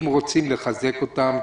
אם רוצים לחזק אותם,